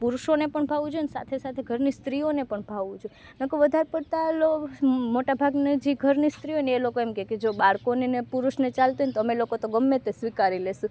પુરુષોને પણ ભાવવું જોઈએ અને સાથે સાથે ઘરની સ્ત્રીઓને પણ ભાવવું જોઈએ નકર વધાર પડતાં લો મોટા ભાગના જે ઘરની સ્ત્રીઓ હોયને એ લોકો એમ કહે કે જો બાળકોને અને પુરુષોને ચાલતું હોય તો અમે લોકો ગમે તે સ્વીકારી લઈશું